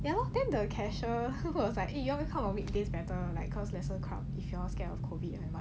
ya lor then the cashier so good was like eh you all come on weekdays better like cause lesser crowd if you all scared of COVID or what